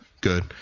Good